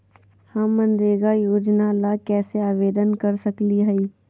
हम मनरेगा योजना ला कैसे आवेदन कर सकली हई?